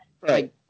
Right